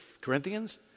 Corinthians